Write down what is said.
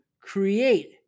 create